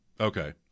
Okay